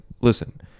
listen